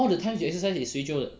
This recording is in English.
all the times you exercise is 谁 jio 的